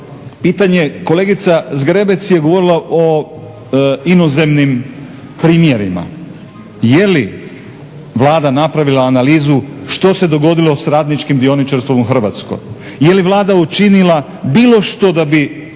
pitanje kolegica Zgrebec je govorila o inozemnim primjerima. Je li Vlada napravila analizu što se dogodilo s radničkim dioničarstvom u Hrvatskoj, je li Vlada učinila bilo što da bi